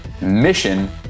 mission